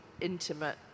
intimate